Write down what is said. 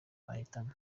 ahitamo